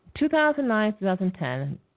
2009-2010